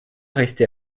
rester